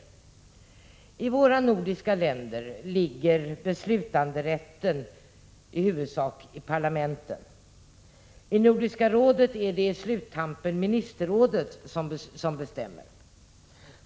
I våra nordiska länder ligger beslutanderätten i huvudsak hos parlamenten. I Nordiska rådet är det i sluttampen ministerrådet som bestämmer.